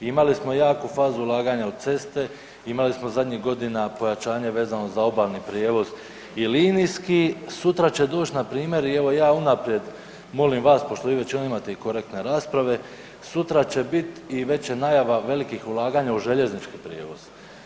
Imali smo jaku fazu ulaganja u ceste, imali smo zadnjih godina pojačanje vezano za obalni prijevoz i linijski, sutra će doći npr. i evo ja unaprijed molim vas pošto vi većinom imate i korektne rasprave, sutra će bit i već je najava velikih ulaganja u željeznički prijevoz.